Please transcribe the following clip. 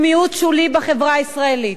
הוא מיעוט שולי בחברה הישראלית.